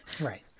Right